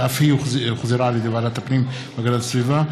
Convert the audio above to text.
שהחזירה ועדת הפנים והגנת הסביבה,